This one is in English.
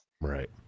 Right